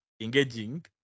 engaging